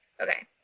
Okay